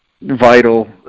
vital